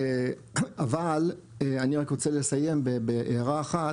אבל אני רק רוצה לסיים בהערה אחת